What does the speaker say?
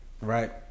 Right